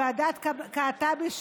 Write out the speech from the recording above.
ועדת קעטבי,